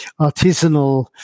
artisanal